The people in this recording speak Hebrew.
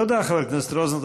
תודה, חבר הכנסת רוזנטל.